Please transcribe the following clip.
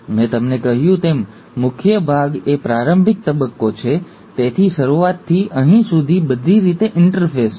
તેથી મેં તમને કહ્યું તેમ મુખ્ય ભાગ એ પ્રારંભિક તબક્કો છે તેથી શરૂઆતથી અહીં સુધી બધી રીતે ઇન્ટરફેઝ છે